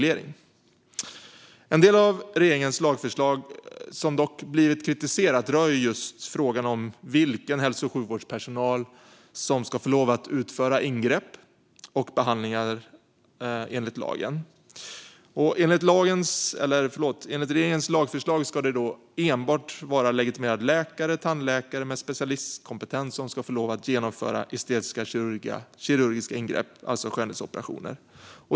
En del av regeringens lagförslag, som dock blivit kritiserad, rör frågan om vilken hälso och sjukvårdspersonal som ska få utföra de ingrepp och behandlingar som lagen omfattar. Enligt regeringens lagförslag ska enbart legitimerade läkare eller tandläkare med specialistkompetens få genomföra estetiska kirurgiska ingrepp, det vill säga skönhetsoperationer.